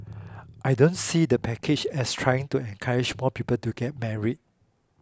I don't see the package as trying to encourage more people to get married